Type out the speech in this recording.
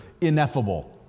ineffable